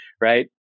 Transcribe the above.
Right